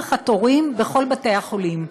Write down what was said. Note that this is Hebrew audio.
אורך התורים, בכל בתי-החולים.